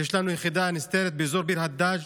יש לנו יחידה נסתרת באזור ביר-הדאג'